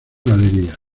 galerías